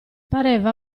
pareva